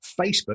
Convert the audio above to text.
Facebook